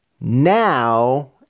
now